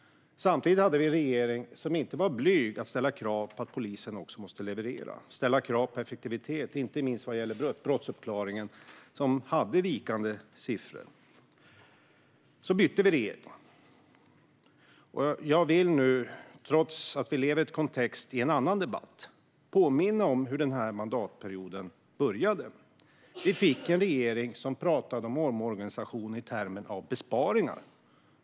Samtidigt hade vi en regering som inte var rädd för att ställa krav på att polisen måste leverera, ställa krav på effektivitet, inte minst vad gäller brottsuppklaringen, som hade vikande siffror. Sedan bytte vi regering. Och jag vill nu, trots att vi har en annan debattkontext, påminna om hur den här mandatperioden började. Vi fick en regering som talade om omorganisation i termen av besparingar.